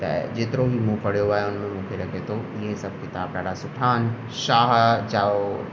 त जेतिरो बि मूं पढ़ियो आहे हुन में मूंखे लॻे थो इहा सभु किताब ॾाढा सुठा आहिनि शाह चाहो